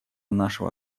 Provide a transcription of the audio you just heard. нашего